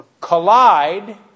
collide